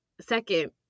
Second